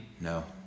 No